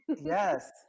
yes